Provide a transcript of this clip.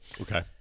Okay